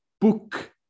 book